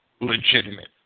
legitimate